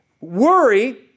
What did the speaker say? Worry